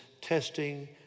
testing